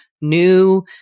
new